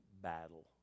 battle